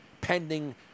pending